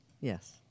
Yes